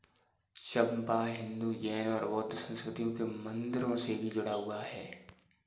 चंपा हिंदू, जैन और बौद्ध संस्कृतियों के मंदिरों से भी जुड़ा हुआ है